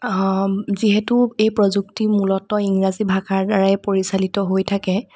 যিহেতু এই প্ৰযুক্তি মূলতঃ ইংৰাজী ভাষাৰ দ্বাৰাই পৰিচালিত হৈ থাকে